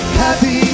happy